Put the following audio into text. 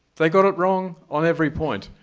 they got it wrong on every point.